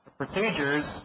procedures